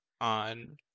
on